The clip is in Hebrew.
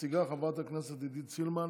מציגה חברת הכנסת עידית סילמן,